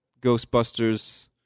Ghostbusters